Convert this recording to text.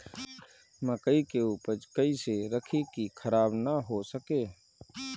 मकई के उपज कइसे रखी की खराब न हो सके?